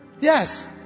yes